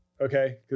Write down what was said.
okay